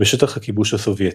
בשטח הכיבוש הסובייטי.